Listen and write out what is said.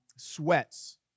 sweats